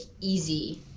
easy